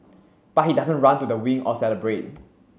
but he doesn't run to the wing or celebrate